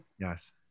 yes